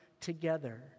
together